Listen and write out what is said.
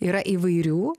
yra įvairių